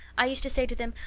i used to say to them,